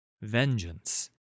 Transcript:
vengeance